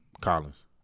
Collins